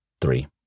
Three